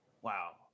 Wow